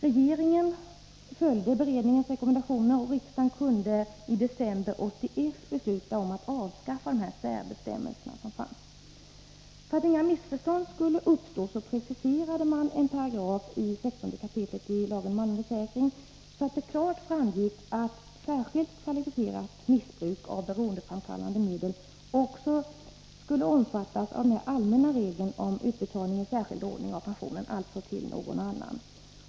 Regeringen följde beredningens rekommendationer, och riksdagen kunde i december 1981 besluta om att avskaffa de särbestämmelser som fanns. För att inga missförstånd skulle uppstå preciserades en paragraf i 16 kap. i lagen om allmän försäkring så att det klart framgick att särskilt kvalificerat missbruk av beroendeframkallande medel också skulle omfattas av denna allmänna regel om utbetalning i särskild ordning av pensioner, alltså till någon annan.